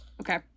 Okay